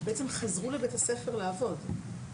אבל אנחנו עדיין בודקים את אופן הביצוע ואת אותו הביטוי,